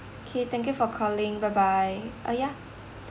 okay thank you for calling bye bye uh yeah